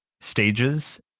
stages